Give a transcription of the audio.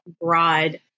broad